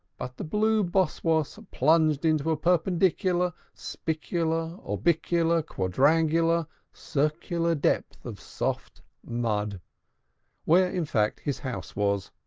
but the blue boss-woss plunged into a perpendicular, spicular, orbicular, quadrangular, circular depth of soft mud where, in fact, his house was.